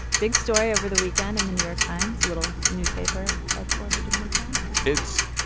big story over the weekend in the new york times, a little newspaper headquartered in midtown it's.